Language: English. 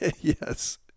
yes